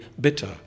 bitter